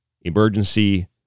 emergency